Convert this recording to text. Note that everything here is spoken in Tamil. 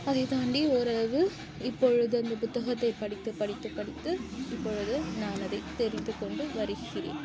அதை தாண்டி ஓரளவு இப்பொழுது அந்த புத்தகத்தை படித்து படித்து படித்து இப்பொழுது நான் அதை தெரிந்துக் கொண்டு வருகிறேன்